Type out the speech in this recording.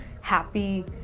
happy